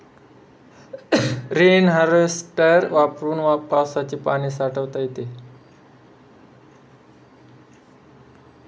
rain harvester वापरून पावसाचे पाणी साठवता येते